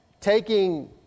taking